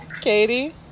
Katie